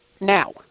now